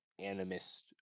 animist